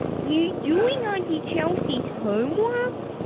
you doing auntie chelsea's homework?